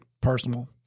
personal